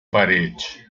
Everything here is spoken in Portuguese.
parede